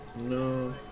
No